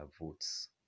votes